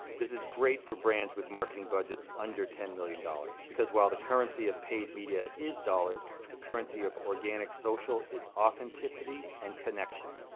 this is great for brands with marketing budgets under ten million dollars because while the currency of paid media is dollars, the currency of organic social is authenticity and connection.